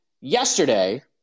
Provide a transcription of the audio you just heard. yesterday